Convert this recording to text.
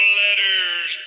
letters